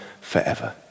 forever